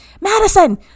Madison